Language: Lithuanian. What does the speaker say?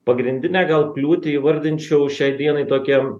pagrindinę gal kliūtį įvardinčiau šiai dienai tokiem